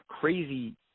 crazy